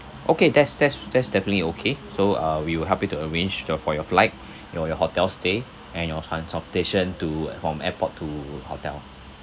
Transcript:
okay that's that's that's definitely okay so uh we will help you to arrange your for your flight your your hotel stay and your transportation to uh from airport to hotel